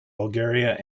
bulgaria